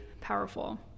powerful